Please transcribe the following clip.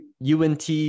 UNT